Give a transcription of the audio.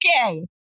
okay